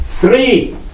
three